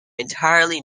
entirely